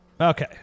Okay